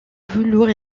velours